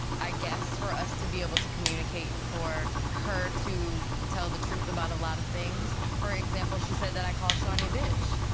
i guess for us to be able to communicate and for her to tell the truth about a lot of things. for example she said that i called shaunie a bitch.